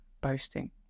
boasting